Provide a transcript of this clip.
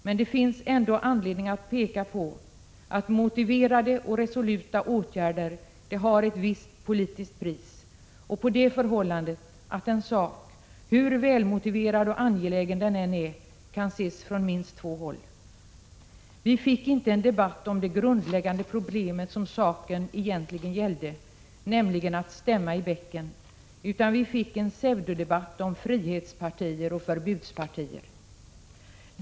Men det finns ändå anledning att peka på att motiverade och resoluta åtgärder har ett visst politiskt pris. Hur väl motiverad och angelägen en sak än är kan den ses från minst två håll. Vi fick inte en debatt om de grundläggande problem som saken egentligen gällde, nämligen att stämma i bäcken, utan vi fick en pseudodebatt om frihetspartier och förbudspartier.